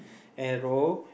arrow